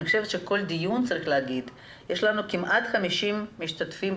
אני חושבת שבכל דיון יש לנו כמעט 50 משתתפים.